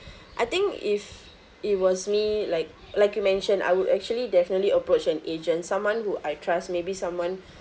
I think if it was me like like you mentioned I would actually definitely approach an agent someone who I trust maybe someone who